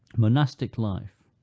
monastic life.